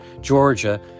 georgia